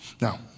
Now